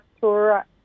tour